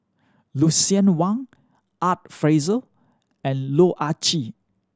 Lucien Wang Art Fazil and Loh Ah Chee